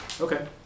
Okay